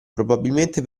probabilmente